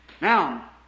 Now